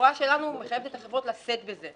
ההוראה שלנו מחייבת את החברות לשאת בזה.